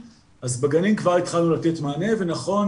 אז בגנים כבר התחלנו לתת מענה ונכון